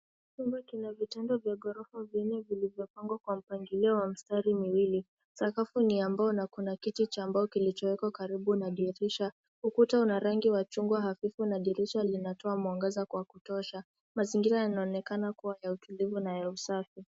Chumba kina vitanda vya ghorofa vinne vilivyopangwa kwa mpangilio wa mistari miwili. Sakafu ni ya mbao na kuna kiti cha mbao kilichowekwa karibu na dirisha. Ukuta una rangi wa chungwa hafifu na dirisha linatoa mwanga kwa kutosha. Mazingira yanaonekana kuwa ya utulivu na usafi.